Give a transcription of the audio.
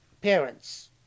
parents